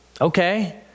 okay